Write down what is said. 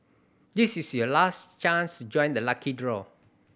this is your last chance to join the lucky draw